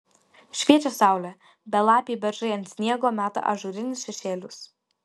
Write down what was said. šviečia saulė belapiai beržai ant sniego meta ažūrinius šešėlius